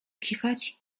kichać